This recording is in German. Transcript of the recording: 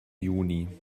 juni